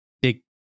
big